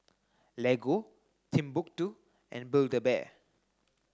Lego Timbuk two and Build a Bear